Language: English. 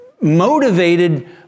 motivated